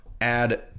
add